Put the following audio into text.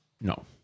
No